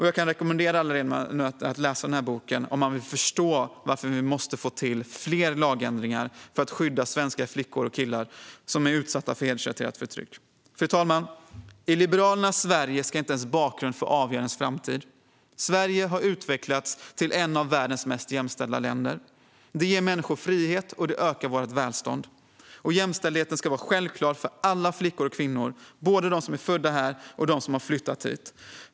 Jag kan rekommendera alla er ledamöter att läsa denna bok om ni vill förstå varför vi måste få till fler lagändringar för att skydda svenska flickor och killar som är utsatta för hedersrelaterat förtryck. Fru talman! I Liberalernas Sverige ska inte ens bakgrund få avgöra ens framtid. Sverige har utvecklats till ett av världens mest jämställda länder. Det ger människor frihet, och det ökar vårt välstånd. Jämställdheten ska vara självklar för alla flickor och kvinnor, både för dem som är födda här och för dem som har flyttat hit.